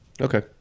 Okay